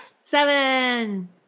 Seven